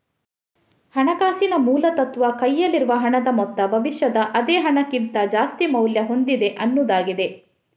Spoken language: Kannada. ಹಣಕಾಸಿನ ಮೂಲ ತತ್ವ ಕೈಯಲ್ಲಿರುವ ಹಣದ ಮೊತ್ತ ಭವಿಷ್ಯದ ಅದೇ ಹಣಕ್ಕಿಂತ ಜಾಸ್ತಿ ಮೌಲ್ಯ ಹೊಂದಿದೆ ಅನ್ನುದಾಗಿದೆ